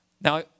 Now